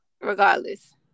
Regardless